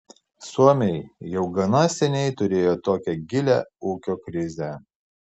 suomiai jau gana seniai turėjo tokią gilią ūkio krizę